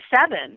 seven